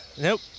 Nope